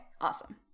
awesome